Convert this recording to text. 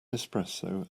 espresso